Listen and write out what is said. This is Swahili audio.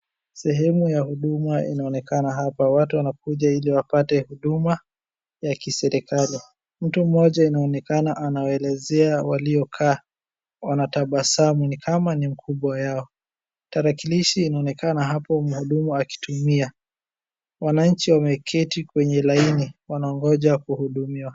Sehemu ya huduma inaonekana hapa watu wanakuja ili wapate huduma ya kiserikali mtu mmoja anaonekana anawaelezea waliokaa wanatabasamu ni kama ni mkubwa yao tarakilishi inaonekana hapo mhudumu akitumia wananchi wameketi kwenye laini wanangoja kuhudumiwa .